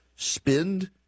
Spend